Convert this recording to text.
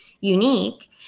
unique